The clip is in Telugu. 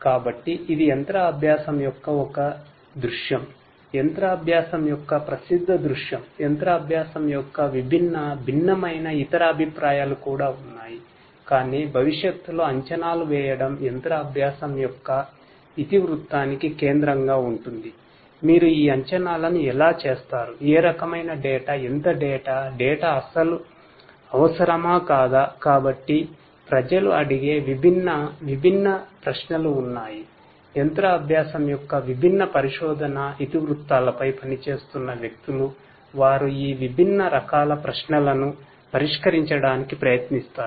కాబట్టి ఇది మెషిన్ లెర్నింగ్ యొక్క విభిన్న పరిశోధనా ఇతివృత్తాలపై పనిచేస్తున్న వ్యక్తులు వారు ఈ విభిన్న రకాల ప్రశ్నలను పరిష్కరించడానికి ప్రయత్నిస్తారు